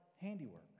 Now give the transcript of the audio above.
handiwork